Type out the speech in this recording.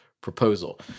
proposal